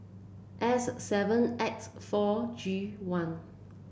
S seven X four G one